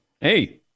hey